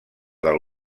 del